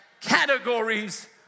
Categories